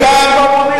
חלקם,